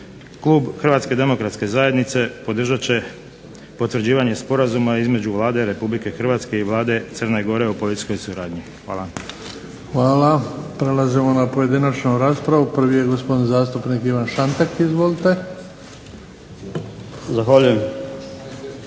Klub Hrvatske demokratske zajednice podržat će potvrđivanje Sporazuma između Vlade Republike Hrvatske i Vlade Crne Gore o policijskoj suradnji. Hvala. **Bebić, Luka (HDZ)** Hvala. Prelazimo na pojedinačnu raspravu. Prvi je gospodin zastupnik Ivan Šantek. Izvolite. **Šantek,